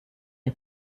est